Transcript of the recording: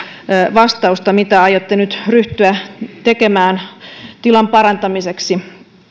vastausta mitä aiotte nyt ryhtyä tekemään tilan parantamiseksi